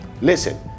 Listen